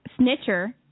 snitcher